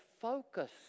focus